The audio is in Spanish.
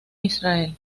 israel